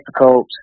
difficult